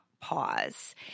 pause